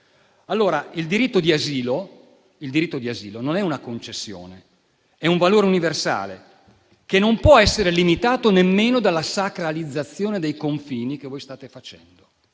Il diritto di asilo è non una concessione, ma un valore universale che non può essere limitato nemmeno dalla sacralizzazione dei confini che voi state facendo.